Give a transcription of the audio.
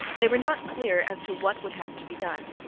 they were not clear as to what would have to be done.